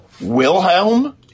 Wilhelm